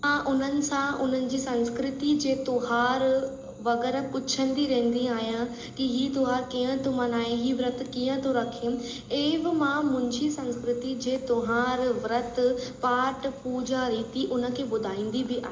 मां उन्हनि सां उन्हनि जी संस्कृति जे त्योहार वग़ैरह पुछंदी रहंदी आहियां कि ही त्योहार कीअं तो मल्हाए ई व्रत कीअं तो रखे एव बि मां मुंजी संस्कृति जे त्योहार व्रत पाठ पूजा रीती उन खे ॿुधाईंदी बि आहियां